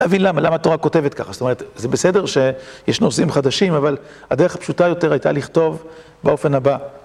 להבין למה, למה התורה כותבת ככה, זאת אומרת, זה בסדר שיש נושאים חדשים, אבל הדרך הפשוטה יותר הייתה לכתוב באופן הבא.